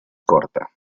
corta